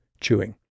chewing